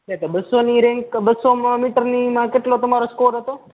ને તો બસોની રેન્જ તો બસોમાં મીટરનીમાં કેટલો તમારો સ્કોર હતો